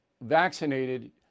vaccinated